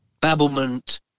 Babblement